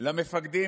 למפקדים